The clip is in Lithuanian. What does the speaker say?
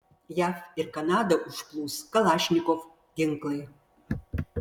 jav ir kanadą užplūs kalašnikov ginklai